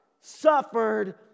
suffered